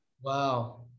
wow